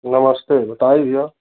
नमस्ते बताइए